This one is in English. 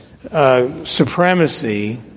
supremacy